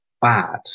bad